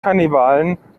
kannibalen